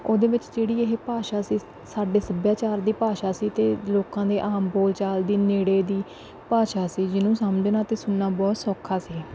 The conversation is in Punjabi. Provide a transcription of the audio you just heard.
ਉਹਦੇ ਵਿੱਚ ਜਿਹੜੀ ਇਹ ਭਾਸ਼ਾ ਸੀ ਸਾਡੇ ਸੱਭਿਆਚਾਰ ਦੀ ਭਾਸ਼ਾ ਸੀ ਅਤੇ ਲੋਕਾਂ ਦੇ ਆਮ ਬੋਲ ਚਾਲ ਦੇ ਨੇੜੇ ਦੀ ਭਾਸ਼ਾ ਸੀ ਜਿਹਨੂੰ ਸਮਝਣਾ ਅਤੇ ਸੁਣਨਾ ਬਹੁਤ ਸੌਖਾ ਸੀ